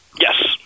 Yes